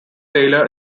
taylor